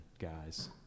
guys